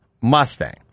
Mustang